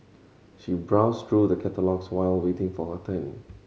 she browsed through the catalogues while waiting for her turn